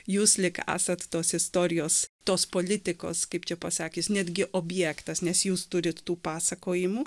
jūs lyg esat tos istorijos tos politikos kaip čia pasakius netgi objektas nes jūs turit tų pasakojimų